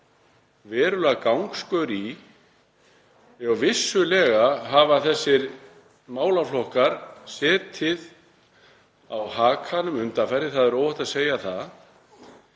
verulega gangskör. Vissulega hafa þessir málaflokkar setið á hakanum undanfarið, það er óhætt að segja það.